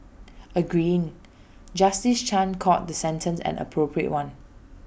agreeing justice chan called the sentence an appropriate one